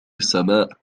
السماء